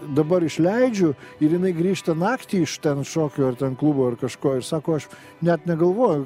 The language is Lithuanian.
dabar išleidžiu ir jinai grįžta naktį iš ten šokių ar ten klubo ar kažko ir sako aš net negalvoju